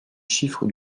chiffres